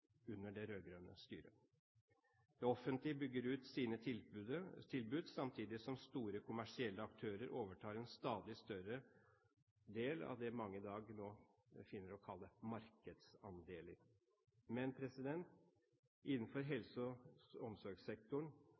under det rød-grønne styret. Det offentlige bygger ut sine tilbud samtidig som store kommersielle aktører overtar en stadig større del av det mange i dag kaller «markedsandeler». Men innenfor helse- og omsorgssektoren